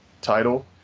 title